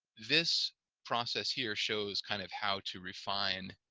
this process here shows kind of how to refine